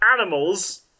animals